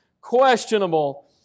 questionable